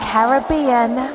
Caribbean